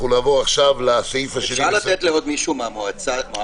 אפשר לתת לעוד מישהו מהמועצה לדבר?